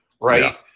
right